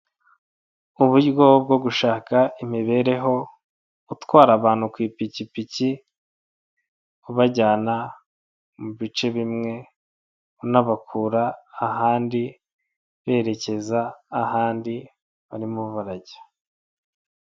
Uburyo bwo gushaka imibereho, gutwara abantu ku ipikipiki ubajyana mu bice bimwe , unabakura ahandi, berekeza ahandi barimo barajya.